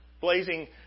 blazing